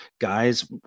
Guys